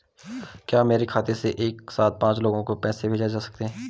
क्या मेरे खाते से एक साथ पांच लोगों को पैसे भेजे जा सकते हैं?